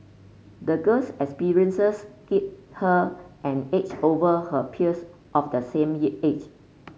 the girl's experiences gave her an edge over her peers of the same age